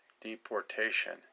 deportation